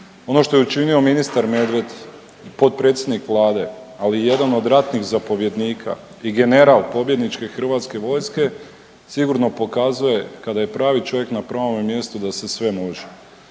ono što je učinio ministar Medved, potpredsjednik Vlade ali i jedan od ratnih zapovjednika i general pobjedničke Hrvatske vojske sigurno pokazuje kada je pravi čovjek na pravome mjestu da se sve može.